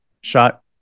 shot